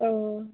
औ